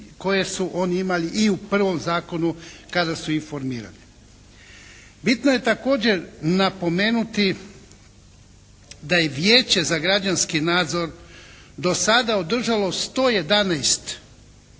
koje su oni imali i u prvom zakonu kada su informirane. Bitno je također napomenuti da je Vijeće za građanski nadzor do sada održalo 111